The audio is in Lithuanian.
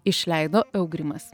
išleido eugrimas